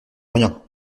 rien